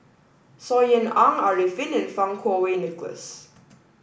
Saw Ean Ang Arifin and Fang Kuo Wei Nicholas